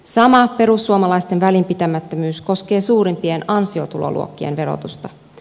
sama perussuomalaisten välinpitämättömyys koskee suurimpien ansiotuloluokkien verotusta